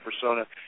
persona